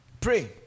Pray